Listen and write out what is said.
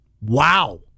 wow